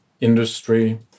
industry